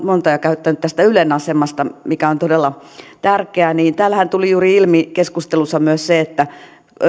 monta jo käyttänyt tästä ylen asemasta mikä on todella tärkeä että täällähän tuli juuri ilmi keskustelussa myös se että